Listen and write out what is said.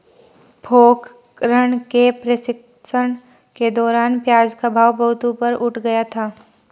पोखरण के प्रशिक्षण के दौरान प्याज का भाव बहुत ऊपर उठ गया था